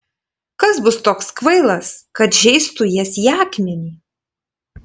kas bus toks kvailas kad žeistų jas į akmenį